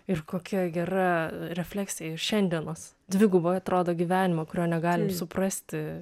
ir kokia gera refleksija ir šiandienos dvibugai atrodo gyvenimo kurio negalim suprasti